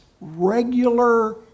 regular